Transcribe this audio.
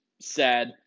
sad